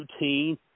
routine